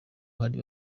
hari